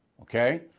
Okay